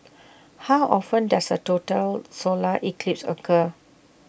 how often does A total solar eclipse occur